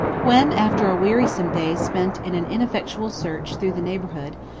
when after a wearisome day spent in an ineffectual search through the neighborhood,